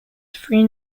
three